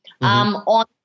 on